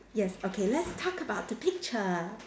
yes okay let's talk about the picture